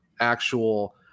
actual